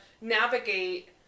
navigate